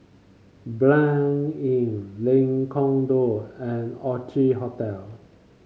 Blanc Inn Lengkong Dua and Orchid Hotel